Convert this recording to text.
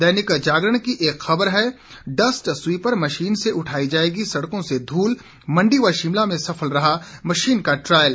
दैनिक जागरण की एक खबर है डस्ट स्वीपर मशीन से उठाई जाएगी सड़कों से धूल मंडी व शिमला में सफल रहा मशीन का ट्रायल